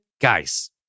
guys